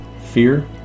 fear